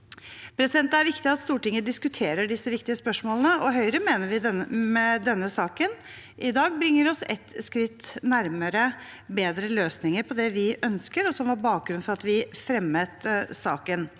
utvides. Det er viktig at Stortinget diskuterer disse viktige spørsmålene, og Høyre mener saken i dag bringer oss et skritt nærmere bedre løsninger på det vi ønsker, og som var bakgrunnen for at vi fremmet saken.